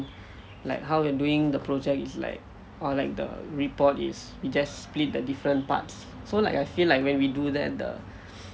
like how we're doing the project is like or the report is just split the different parts so like I feel like when we do that the